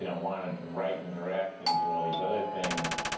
you know wanted to write and direct and do all these other things.